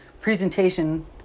presentation